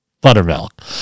buttermilk